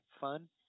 fun